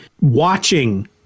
watching